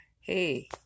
Hey